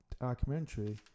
documentary